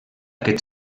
aquest